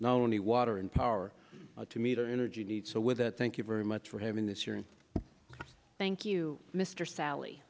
not only water and power to meet our energy needs so with that thank you very much for having this hearing thank you mr sally